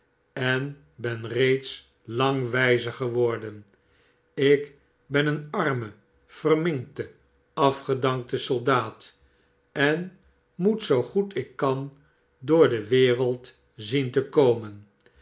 en ben reeds lang wijzer geworden ik ben een arme verminkte afgedankte soldaat en moet zoo goed ik kan door de wereld zien te komen